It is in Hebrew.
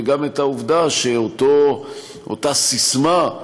וגם את העובדה שאותה ססמה,